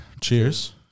Cheers